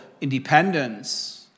independence